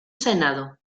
senado